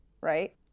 right